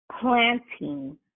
planting